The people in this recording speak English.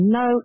no